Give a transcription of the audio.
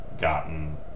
gotten